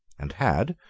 and had,